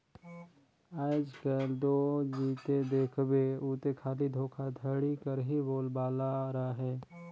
आएज काएल दो जिते देखबे उते खाली धोखाघड़ी कर ही बोलबाला अहे